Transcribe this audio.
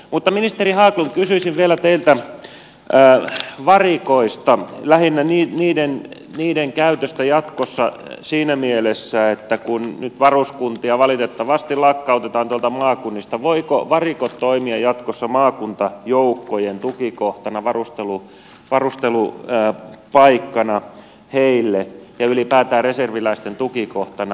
mutta ministeri haglund kysyisin vielä teiltä varikoista lähinnä niiden käytöstä jatkossa siinä mielessä että kun nyt varuskuntia valitettavasti lakkautetaan tuolta maakunnista voivatko varikot toimia jatkossa maakuntajoukkojen tukikohtana varustelupaikkana heille ja ylipäätään reserviläisten tukikohtana